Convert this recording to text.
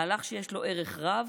מהלך שיש לו ערך רב